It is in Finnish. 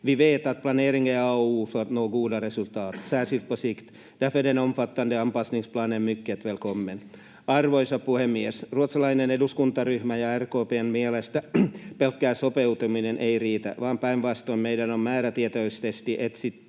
Arvoisa puhemies! Ruotsalaisen eduskuntaryhmän ja RKP:n mielestä pelkkä sopeutuminen ei riitä, vaan päinvastoin meidän on määrätietoisesti etsittävä